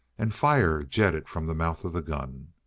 and fire jetted from the mouth of the gun.